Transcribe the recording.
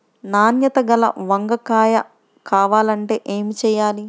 నాణ్యత గల వంగ కాయ కావాలంటే ఏమి చెయ్యాలి?